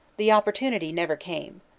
the opportu nity never came.